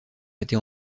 été